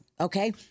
okay